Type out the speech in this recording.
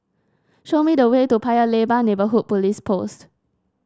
show me the way to Paya Lebar Neighbourhood Police Post